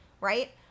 right